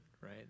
right